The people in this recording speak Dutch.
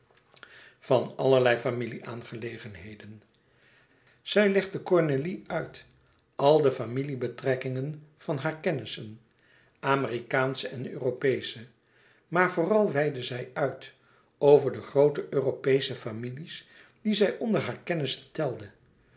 van allerlei familie-aangelegenheden zij legde cornélie uit al de familie betrekkingen van haar kennissen amerikaansche en europeesche maar vooral weidde zij uit over de groote europeesche families die zij onder hare kennissen telde